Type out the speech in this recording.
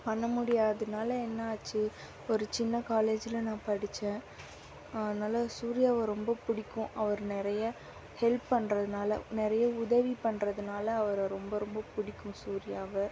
பண்ண முடியாததுனால் என்னாச்சு ஒரு சின்ன காலேஜில் நான் படித்தேன் அதனால் சூர்யாவை ரொம்ப பிடிக்கும் அவர் நிறையா ஹெல்ப் பண்ணுறதுனால நிறையா உதவி பண்ணுறதுனால அவரை ரொம்ப ரொம்ப பிடிக்கும் சூர்யாவை